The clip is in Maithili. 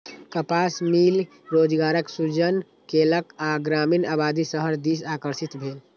कपास मिल रोजगारक सृजन केलक आ ग्रामीण आबादी शहर दिस आकर्षित भेल